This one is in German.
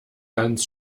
ganz